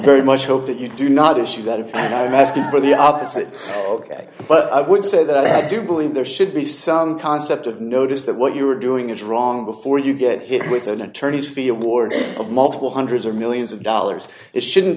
very much hope that you do not issue that if i don't ask you for the opposite ok but i would say that i do believe there should be some concept of notice that what you are doing is wrong before you get hit with an attorney's feel bored of multiple hundreds or millions of dollars it shouldn't